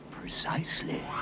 Precisely